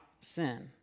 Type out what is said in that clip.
sin